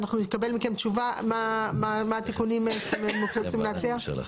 אנחנו נקבל מכם תשובה מה התיקונים שאתם רוצים להציע?